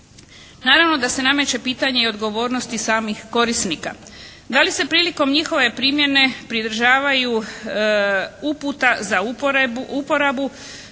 Naravno da se nameće pitanje i odgovornosti samih korisnika. Da li se prilikom njihove primjene pridržavaju uputa za uporabu